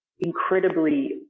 incredibly